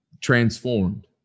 transformed